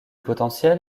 potentiel